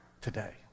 today